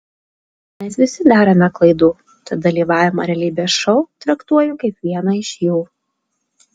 mes visi darome klaidų tad dalyvavimą realybės šou traktuoju kaip vieną iš jų